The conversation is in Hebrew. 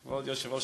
כבוד היושב-ראש,